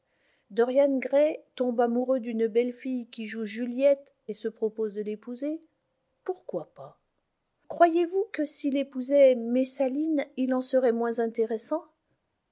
dorian gray tombe amoureux d'une belle fille qui joue juliette et se propose de l'épouser pourquoi pas croyez-vous que s'il épousait messaline il en serait moins intéressant